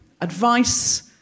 Advice